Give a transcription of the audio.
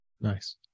Nice